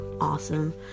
awesome